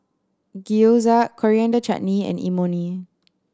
Gyoza Coriander Chutney and Imoni